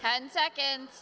ten seconds